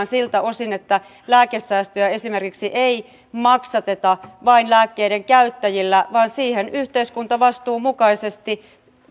siltä osin että lääkesäästöjä esimerkiksi ei maksateta vain lääkkeiden käyttäjillä vaan siihen yhteiskuntavastuun mukaisesti